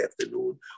afternoon